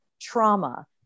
trauma